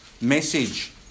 message